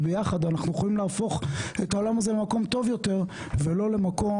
שבגלל זה אנחנו צריכים לעשות השבוע בחירות נוספות ולבזבז